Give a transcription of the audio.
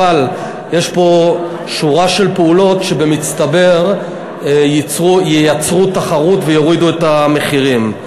אבל יש פה שורה של פעולות שבמצטבר ייצרו תחרות ויורידו את המחירים.